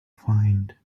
find